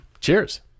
cheers